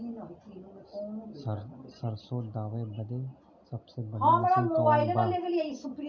सरसों दावे बदे सबसे बढ़ियां मसिन कवन बा?